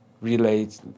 relate